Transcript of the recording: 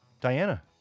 Diana